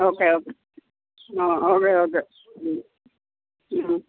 okay ah okay okay hmm mm